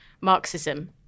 Marxism